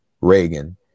reagan